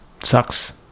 Sucks